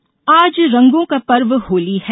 होली आज रंगों का पर्व होली है